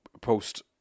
Post